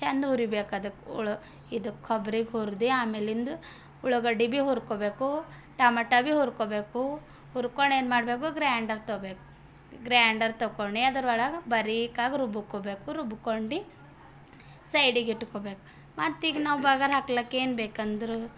ಚೆಂದ ಹುರಿಬೇಕು ಅದಕ್ಕುಳ್ ಇದು ಕೊಬ್ಬರಿ ಹುರಿದು ಆಮೇಲಿಂದ ಉಳ್ಳಾಗಡ್ಡಿ ಬೀ ಹುರ್ಕೊಬೇಕು ಟಮಟ ಬೀ ಹುರ್ಕೊಬೇಕು ಹುರ್ಕೊಂಡು ಏನು ಮಾಡಬೇಕು ಗ್ರಾಂಡರ್ ತೊಗೊಬೇಕು ಗ್ರಾಂಡರ್ ತಗೊಂಡು ಅದರೊಳಗೆ ಬರೀಕಾಗಿ ರುಬ್ಬಿಕೋಬೇಕು ರುಬ್ಬಿಕೊಂಡು ಸೈಡಿಗೆ ಇಟ್ಕೋಬೇಕು ಮತ್ತೆ ಈಗ ನಾವು ಬಗಾರ್ ಹಾಕ್ಲಿಕ್ಕೆ ಏನು ಬೇಕಂದ್ರು